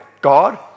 God